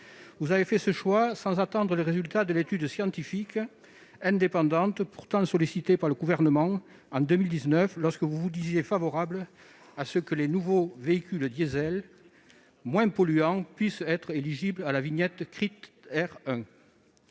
Vous avez fait ce choix sans attendre les résultats de l'étude scientifique indépendante, pourtant sollicitée par le Gouvernement en 2019, lorsque vous vous disiez favorable à ce que les nouveaux véhicules diesel moins polluants puissent être éligibles à la vignette CRIT'Air